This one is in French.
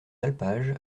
alpages